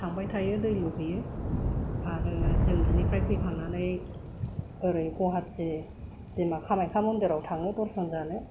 थांबाय थायो दै लुहैयो आरो जों बिनिफ्राय फैखांनानै ओरै गुवाहाटि बिमा कामाख्यानि मन्दिराव थाङो दरशन जानो